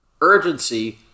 Urgency